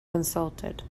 consulted